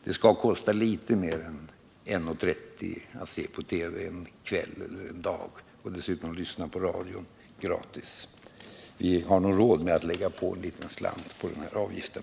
Det skall kosta litet mer än 1:30 att se på TV en kväll, när man dessutom kan lyssna på radio gratis. Vi har råd att lägga på en liten slant på den här avgiften.